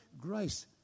Grace